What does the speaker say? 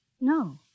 No